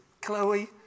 Chloe